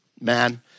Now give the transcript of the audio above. man